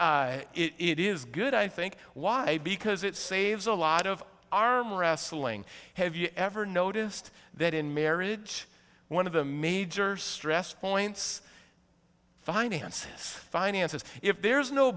but it is good i think why because it saves a lot of arm wrestling have you ever noticed that in marriage one of the major stress points finances finances if there is no